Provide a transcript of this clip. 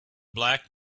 black